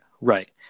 Right